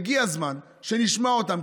הגיע הזמן שנשמע אותם,